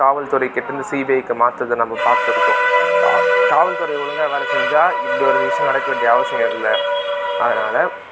காவல்துறைக்கிட்டே இருந்து சிபிஐக்கு மாத்துறது நம்ம பார்த்துருக்கோம் காவல்துறை ஒழுங்காக வேலை செஞ்சால் இப்படி ஒரு விஷயம் நடக்க வேண்டிய அவசியங்கள் இல்லை அதனால்